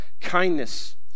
kindness